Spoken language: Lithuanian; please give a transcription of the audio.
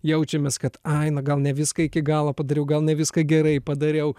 jaučiamės kad ai na gal ne viską iki galo padariau gal ne viską gerai padariau